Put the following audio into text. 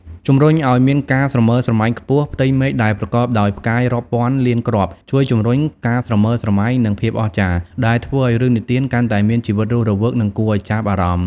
ជំរុញអោយមានការស្រមើស្រមៃខ្ពស់ ផ្ទៃមេឃដែលប្រកបដោយផ្កាយរាប់ពាន់លានគ្រាប់ ជួយជំរុញ ការស្រមើស្រមៃ និង ភាពអស្ចារ្យ ដែលធ្វើឲ្យរឿងនិទានកាន់តែមានជីវិតរស់រវើក និងគួរឲ្យចាប់អារម្មណ៍ ។